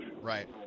Right